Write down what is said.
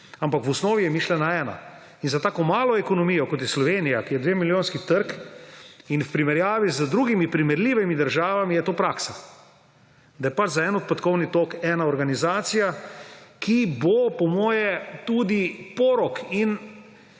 ampak v osnovi je mišljena ena. Za tako malo ekonomijo, kot je Slovenija, ki je dvemilijonski trg, je v primerjavi z drugimi primerljivimi državami praksa to, da je za en odpadkovni tok ena organizacija, ki bo, po mojem, tudi porok in